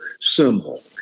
symbol